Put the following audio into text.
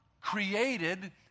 created